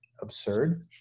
absurd